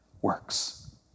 works